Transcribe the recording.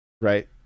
Right